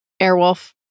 Airwolf